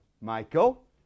Michael